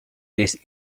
this